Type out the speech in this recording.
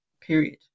period